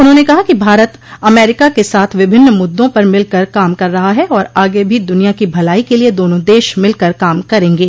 उन्होंने कहा कि भारत अमेरिका के साथ विभिन्न मुद्दों पर मिलकर काम कर रहा है और आगे भी दुनिया की भलाई के लिये दोनों देश मिलकर काम करेंगे